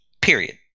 Period